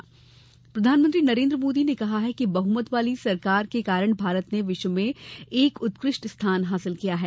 मोदी प्रधानमंत्री नरेन्द्र मोदी ने कहा है कि बहुमत वाली सरकार के कारण भारत ने विश्व में एक उत्कृष्ट स्थान हासिल किया है